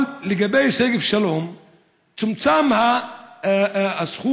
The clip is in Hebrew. אבל לגבי שגב שלום צומצם הסכום